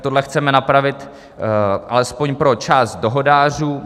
Tohle chceme napravit alespoň pro část dohodářů.